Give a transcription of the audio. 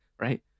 Right